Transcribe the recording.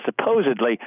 supposedly